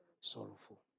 sorrowful